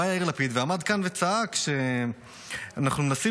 בא יאיר לפיד ועמד כאן וצעק שאנחנו מנסים